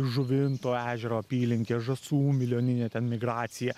žuvinto ežero apylinkės žąsų milijoninė ten migracija